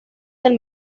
del